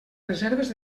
reserves